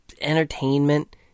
entertainment